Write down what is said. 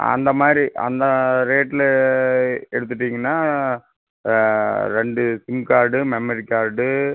அந்தமாதிரி அந்த ரேட்டிலே எடுத்துகிட்டீங்கனா ஆ ரெண்டு சிம் கார்டு மெமரி கார்டு